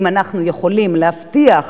ואם אנחנו יכולים להבטיח,